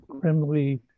criminally